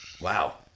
Wow